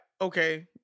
okay